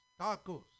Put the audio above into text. Tacos